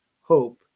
hope